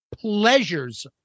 pleasures